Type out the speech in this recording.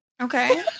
Okay